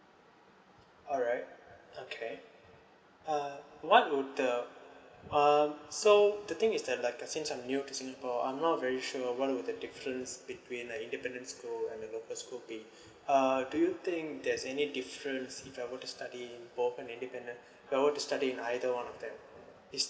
alright okay uh what would the um so the thing is that like since I'm new to singapore I'm not very sure what are the difference between like independent school and the normal school pay uh do you think there's any difference if I were to study both in independent if I were to study in either one of them is